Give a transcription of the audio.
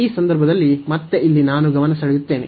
ಈ ಸಂದರ್ಭದಲ್ಲಿ ಮತ್ತೆ ಇಲ್ಲಿ ಗಮನ ಸೆಳೆಯುತ್ತೇನೆ